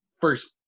first